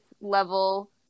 level